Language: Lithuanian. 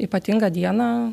ypatingą dieną